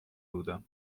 بودم